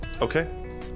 Okay